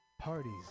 parties